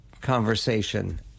conversation